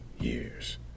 years